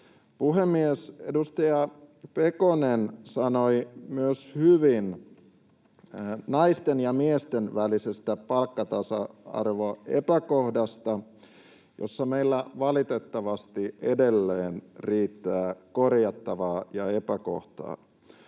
Puhemies! Edustaja Pekonen sanoi myös hyvin naisten ja miesten välisestä palkkatasa-arvoepäkohdasta, jossa meillä valitettavasti edelleen riittää korjattavaa ja epäkohtaa.